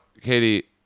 Katie